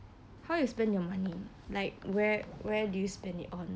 how you spend your money like where where do you spend it on